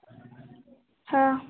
হ্যাঁ